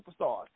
superstars